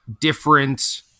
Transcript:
different